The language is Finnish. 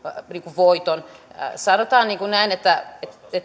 voiton sanotaan näin että